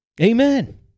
Amen